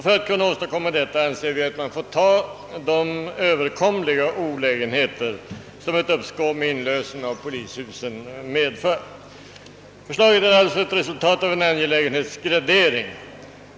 För att åstadkomma dessa angelägnare ting får man enligt vår mening lov att acceptera de icke oöverkomliga olägenheter som ett uppskov med inlösen av vissa polishus medför. Vårt förslag på denna punkt är således resultatet av en angelägenhetsgradering.